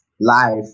life